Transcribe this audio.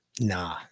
nah